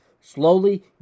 slowly